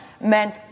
meant